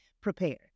prepared